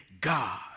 God